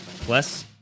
Plus